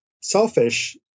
selfish